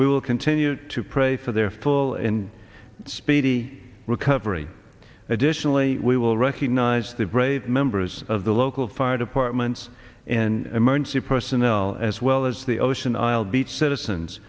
we will continue to pray for their full in speedy recovery additionally we will recognize the brave members of the local fire departments in emergency personnel as well as the ocean isle beach citizens